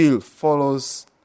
follows